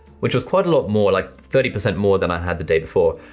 which was quite a lot more, like thirty percent more than i had the day before,